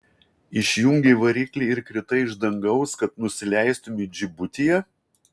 išjungei variklį ir kritai iš dangaus kad nusileistumei džibutyje